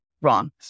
wrong